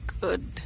Good